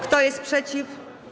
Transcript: Kto jest przeciw?